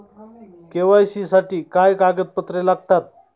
KYC साठी काय कागदपत्रे लागतात?